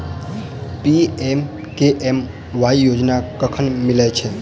PMKMY योजना कखन मिलय छै?